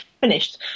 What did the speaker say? finished